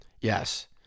Yes